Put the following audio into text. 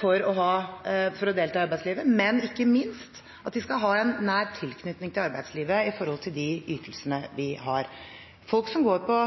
for å delta i arbeidslivet, men ikke minst at de skal ha en nær tilknytning til arbeidslivet i forhold til de ytelsene de har. Folk som går på